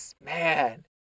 man